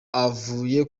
avuye